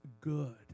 good